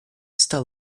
está